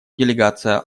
делегация